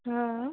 आं